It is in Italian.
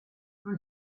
non